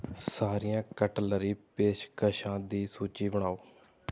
ਸਾਰੀਆਂ ਕਟਲਰੀ ਪੇਸ਼ਕਸ਼ਾਂ ਦੀ ਸੂਚੀ ਬਣਾਓ